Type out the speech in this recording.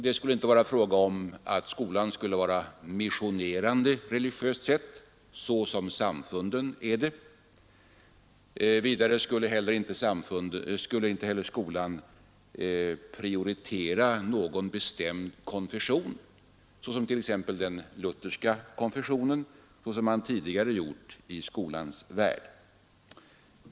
Det skulle inte vara fråga om att skolan skulle vara missionerande, religiöst sett, såsom samfunden är det. Vidare skulle inte heller skolan prioritera någon bestämd konfession, t.ex. den lutherska konfessionen, såsom man tidigare gjort i skolans värld.